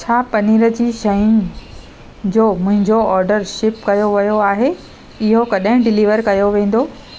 छा पनीर जी शयूं जो मुंहिंजो ऑर्डर शिप कयो वियो आहे इहो कॾहिं डिलीवर कयो वेंदो